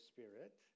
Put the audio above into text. Spirit